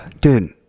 Dude